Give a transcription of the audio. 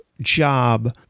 Job